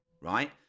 right